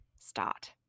start